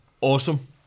Awesome